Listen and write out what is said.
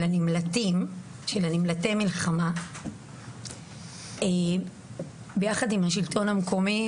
של נמלטי מלחמה, יחד עם השלטון המקומי